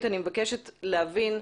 שניונית, עובד מעולה.